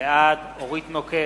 בעד אורית נוקד,